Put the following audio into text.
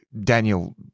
Daniel